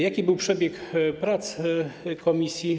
Jaki był przebieg prac komisji?